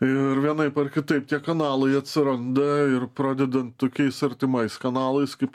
ir vienaip ar kitaip tie kanalai atsiranda ir pradedant tokiais artimais kanalais kaip